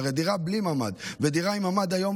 הרי דירה בלי ממ"ד ודירה עם ממ"ד היום,